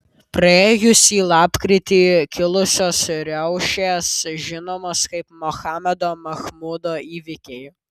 praėjusį lapkritį kilusios riaušės žinomos kaip mohamedo mahmudo įvykiai